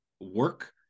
work